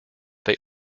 they